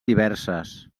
diverses